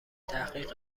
تحقیق